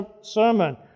sermon